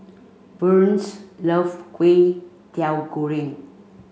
Burns love Kway Teow Goreng